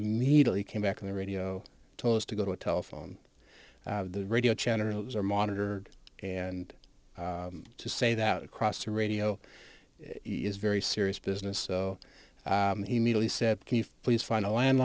immediately came back on the radio told us to go to a telephone the radio channels are monitored and to say that across the radio is very serious business so he merely said can you please find a